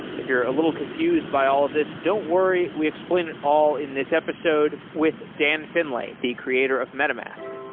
if you're a little confused by all of these, don't worry, we explain it all in this episode with dan finlay, the creator of metamask